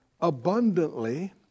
abundantly